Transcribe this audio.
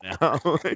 now